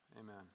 Amen